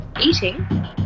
eating